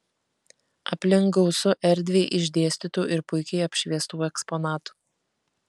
aplink gausu erdviai išdėstytų ir puikiai apšviestų eksponatų